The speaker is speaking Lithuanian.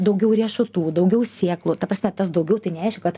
daugiau riešutų daugiau sėklų ta prasme tas daugiau tai nereiškia kad